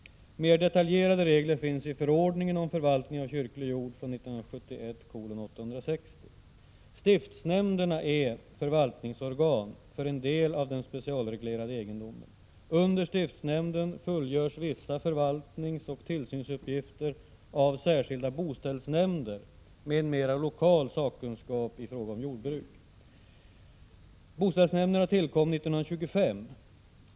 Mer detaljerade regler finns i förordningen om förvaltning av kyrklig jord . Stiftsnämnderna är förvaltningsorgan för en del av den specialreglerade egendomen. Under stiftsnämnden fullgörs vissa förvaltningsoch tillsynsuppgifter av särskilda boställsnämnder med en mera lokal sakkunskap i fråga om jordbruk. Boställsnämnderna tillkom 1925.